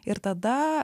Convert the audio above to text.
ir tada